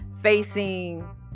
facing